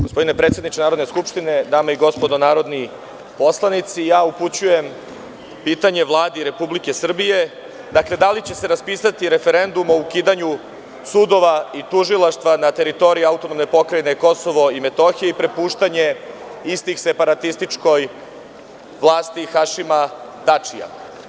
Gospodine predsedniče Narodne skupštine, dame i gospodo narodni poslanici, upućujem pitanje Vladi Republike Srbije – da li će se raspisati referendum o ukidanju sudova i tužilaštava na teritoriji AP KiM i prepuštanja istih separatističkoj vlasti Hašima Tačija.